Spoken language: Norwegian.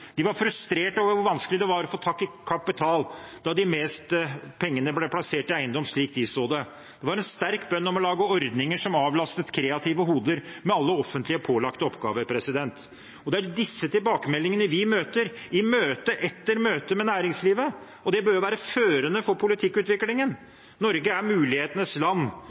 De var frustrert over hvor vanskelig det var å få tak i kapital, da de fleste pengene ble plassert i eiendom, slik de så det. Det var en sterk bønn om å lage ordninger som avlastet kreative hoder for alle offentlig pålagte oppgaver. Det er disse tilbakemeldingene vi møter – i møte etter møte med næringslivet – og det bør være førende for politikkutviklingen. Norge er mulighetenes land.